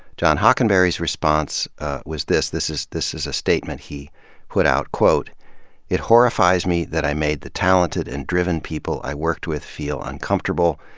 john hockenberry's response was this, this is this is a statement he put out, quote it horrifies me that i made the talented and driven people i worked with feel uncomfortable,